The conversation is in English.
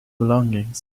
belongings